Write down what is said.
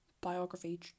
biography